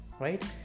right